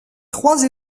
trois